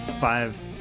five